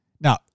Now